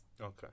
Okay